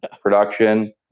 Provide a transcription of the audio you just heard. production